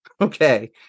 okay